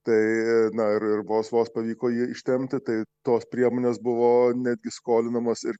tai na ir ir vos vos pavyko jį ištempti tai tos priemonės buvo netgi skolinamos ir